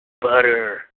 butter